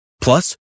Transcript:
Plus